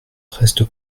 reste